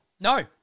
no